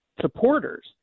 supporters